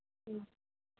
ம்